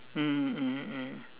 mm mm mm